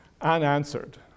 unanswered